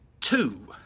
Two